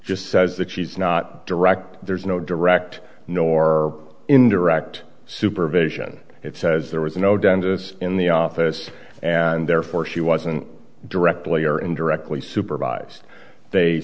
just says that she's not direct there's no direct nor indirect supervision it says there was no dentists in the office and therefore she wasn't directly or indirectly supervised they